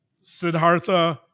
Siddhartha